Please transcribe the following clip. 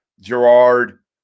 Gerard